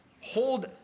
hold